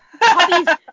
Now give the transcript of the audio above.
Puppies